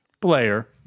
player